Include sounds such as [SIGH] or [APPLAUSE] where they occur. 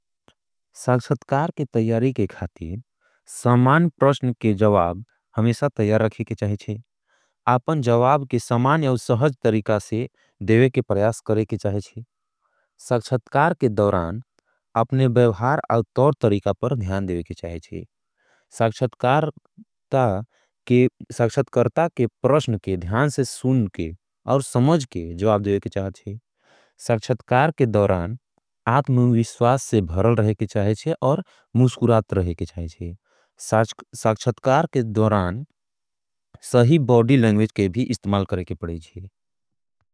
सक्षतकार के तैयारी के खाति, समान प्रवशन के जवाब हमेशा तैयार रखे के चाहेचे। आपन जवाब के समान यव सहज तरीका से देवे के प्रयास करे के चाहेचे। सक्षतकार के दोरान, अपने बेवहार और तोर तरीका पर ध्यान देवे के चाहेचे। [HESITATION] सक्षतकारता के प्रवशन के ध्यान से सुन के और समझ के जवाब देवे के चाहेचे। सक्षतकार के दोरान, आत्म विश्वास से भरल रहे के चाहेचे और मुस्कुरात रहे के चाहेचे। [HESITATION] सक्षतकार के दोरान, सही बोड़ी लेंग्वेज के भी इस्तमाल करे के पड़ेजी।